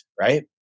right